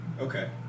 okay